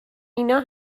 اینا